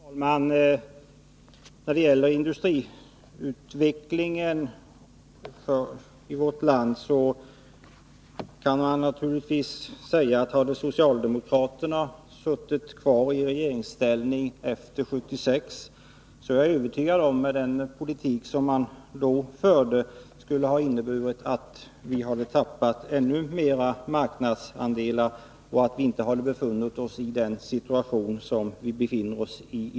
Herr talman! När det gäller industriutvecklingen i vårt land kan man naturligtvis säga att om socialdemokraterna hade suttit kvar i regeringsställning efter 1976, skulle det ha inneburit — det är jag övertygad om, med tanke på den politik som man då förde — att vi hade tappat ännu mer av marknadsandelar och att vi inte hade befunnit oss i den situation som vi i dag befinner oss i.